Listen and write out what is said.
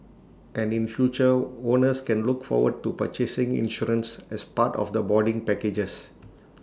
and in future owners can look forward to purchasing insurance as part of the boarding packages